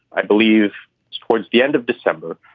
i believe towards the end of december,